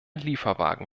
lieferwagen